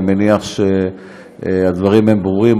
אני מניח שהדברים הם ברורים.